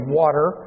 water